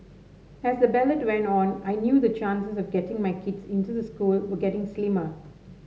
as the ballot went on I knew the chances of getting my kids into the school were getting slimmer